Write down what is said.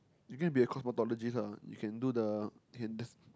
you going to be a cosmetologist you can do the you can just